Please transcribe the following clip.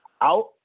Out